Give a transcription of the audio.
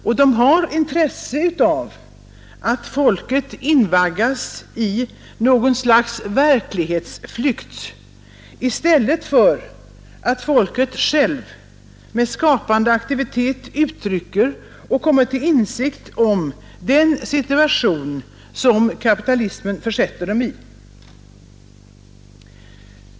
Och de har intresse av att folket invaggas i något slags verklighetsflykt i stället för att folket självt med skapande aktivitet uttrycker och kommer till insikt om den situation kapitalismen försätter dem i.